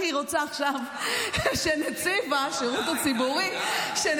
היא רוצה עכשיו שנציב השירות הציבורי -- די,